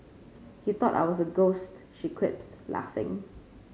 he thought I was a ghost she quips laughing